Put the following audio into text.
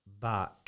back